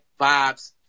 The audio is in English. vibes